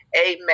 Amen